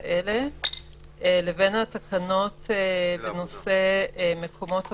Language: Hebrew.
האלה לבין התקנות בנושא מקומות עבודה,